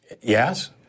Yes